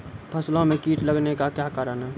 फसलो मे कीट लगने का क्या कारण है?